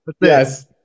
Yes